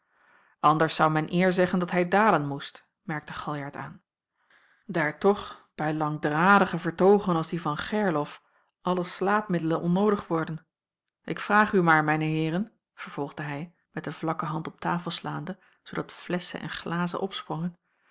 anders zou men eer zeggen dat hij dalen moest merkte galjart aan daar toch bij langdradige vertoogen als die van gerlof alle slaapmiddelen onnoodig worden ik vraag u maar mijne heeren vervolgde hij met de vlakke hand op tafel slaande zoodat flesschen en glazen opsprongen